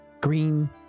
Green